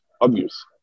obvious